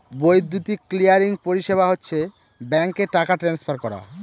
বৈদ্যুতিক ক্লিয়ারিং পরিষেবা হচ্ছে ব্যাঙ্কে টাকা ট্রান্সফার করা